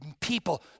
people